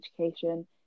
education